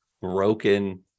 broken